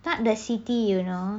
not the city you know